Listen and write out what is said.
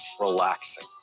relaxing